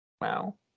Wow